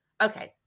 Okay